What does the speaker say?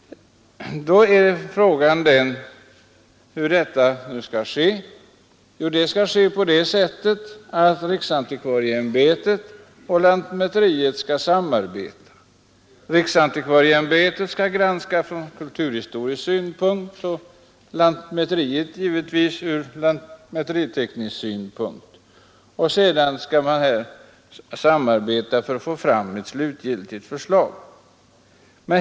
Då är frågan: Hur skall detta ske? Jo, det skall ske genom att riksantikvarieimbetet och lantmäteristyrelsen samarbetar. Riksantikvarieämbetet skall göra en granskning från kulturhistorisk synpunkt och lantmäteristyrelsen skall göra en granskning från lantmäteriteknisk synpunkt, och sedan skall man samarbeta för att få fram ett slutgiltigt förslag.